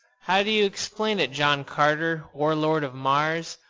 how do you explain it, john carter, warlord of mars,